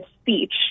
speech